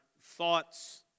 thoughts